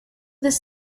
this